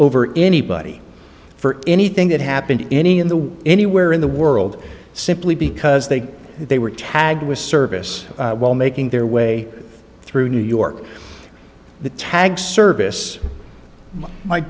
over anybody for anything that happened any in the anywhere in the world simply because they they were tagged with service while making their way through new york the tag service